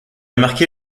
marqué